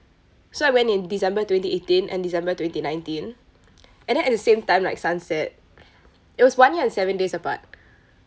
so I went in december twenty eighteen and december twenty nineteen and then at the same time like sunset it was one year and seven days apart